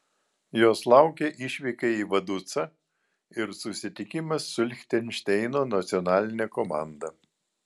jos laukia išvyka į vaducą ir susitikimas su lichtenšteino nacionaline komanda